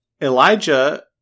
Elijah